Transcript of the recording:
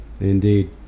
Indeed